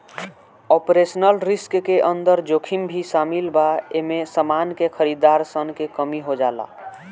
operational risk के अंदर जोखिम भी शामिल बा एमे समान के खरीदार सन के कमी हो जाला